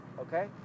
okay